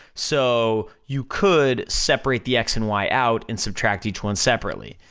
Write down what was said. so you could separate the x and y out, and subtract each one separately.